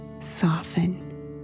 soften